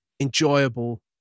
Enjoyable